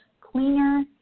cleaner